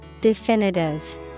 Definitive